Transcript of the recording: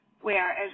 whereas